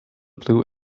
blue